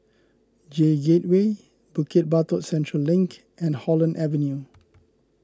J Gateway Bukit Batok Central Link and Holland Avenue